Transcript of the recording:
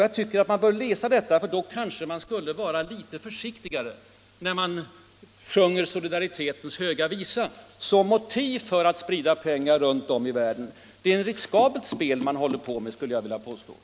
Jag tycker att Olof Palme bör läsa motiven, därför att då skulle man kanske vara litet försiktigare när man sjunger solidaritetens höga visa som motiv för att sprida pengar runt om i världen. Jag skulle vilja påstå att det är ett riskabelt spel man håller på med.